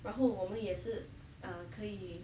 然后我们也是 uh 可以